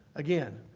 again,